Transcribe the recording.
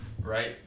right